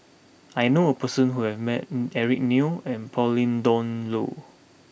I knew a person who has met Eric Neo and Pauline Dawn Loh